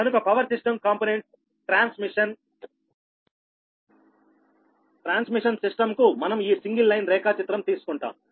కనుక power system components transmission system కు మనం ఈ సింగిల్ లైన్ రేఖాచిత్రం తీసుకుంటాం